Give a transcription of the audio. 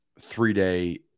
three-day